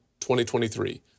2023